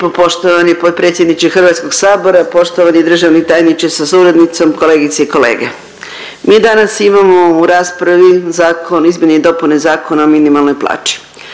poštovani potpredsjedniče HS, poštovani državni tajniče sa suradnicom, kolegice i kolege. Mi danas imamo u raspravi Zakon o izmjeni i dopuni Zakona o minimalnoj plaći.